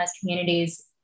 communities